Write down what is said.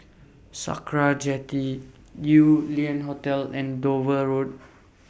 Sakra Jetty Yew Lian Hotel and Dover Road